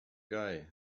guy